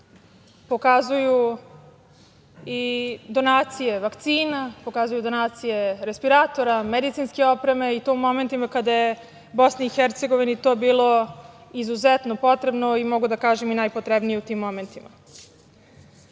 pokazuju i donacije vakcina, pokazuju donacije respiratora, medicinske opreme i to u momentima kada je Bosni i Hercegovini to bilo izuzetno potrebno i mogu da kažem i najpotrebnije u tim momentima. Preko